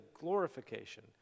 glorification